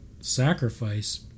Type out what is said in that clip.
sacrifice